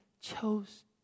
chose